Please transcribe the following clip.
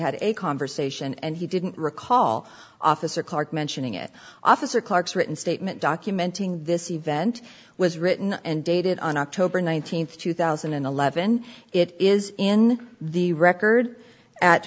had a conversation and he didn't recall officer clark mentioning it officer clark's written statement documenting this event was written and dated on october th two thousand and eleven it is in the record at